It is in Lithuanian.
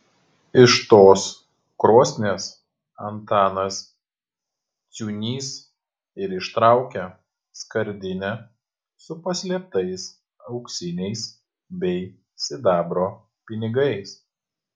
iš tos krosnies antanas ciūnys ir ištraukė skardinę su paslėptais auksiniais bei sidabro pinigais